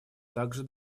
также